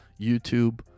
youtube